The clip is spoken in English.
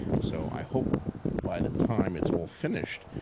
so, i hope by the time it's all finished,